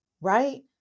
right